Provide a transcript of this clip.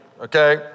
Okay